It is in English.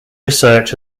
research